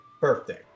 birthday